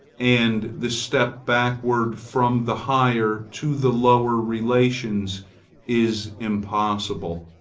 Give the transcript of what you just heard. and the step backward from the higher to the lower relations is impossible.